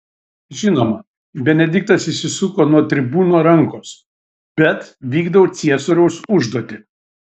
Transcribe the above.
žinoma benediktas išsisuko nuo tribūno rankos bet vykdau ciesoriaus užduotį